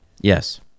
Yes